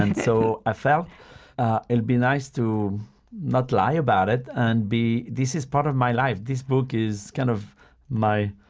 and so i felt it would be nice to not lie about it. and this is part of my life. this book is kind of my